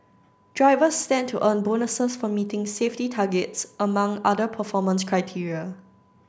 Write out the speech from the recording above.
drivers stand to earn bonuses for meeting safety targets among other performance criteria